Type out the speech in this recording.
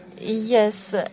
Yes